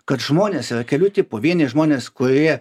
kad žmonės yra kelių tipų vieni žmonės kurie